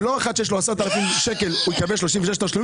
ולא אחד שיש לו 10,000 שקל יקבל 36 תשלומים,